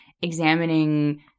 examining